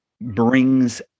brings